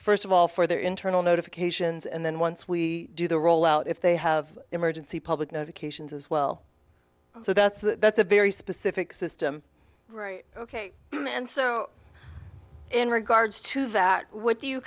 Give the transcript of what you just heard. first of all for their internal notifications and then once we do the rollout if they have emergency public notifications as well so that's that's a very specific system ok and so in regards to that what do you